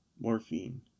morphine